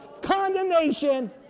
condemnation